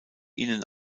ihnen